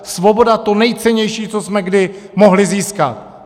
Svoboda, to nejcennější, co jsme kdy mohli získat.